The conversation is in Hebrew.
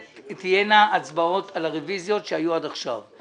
תהיינה הצבעות על הרביזיות שהיו עד עכשיו.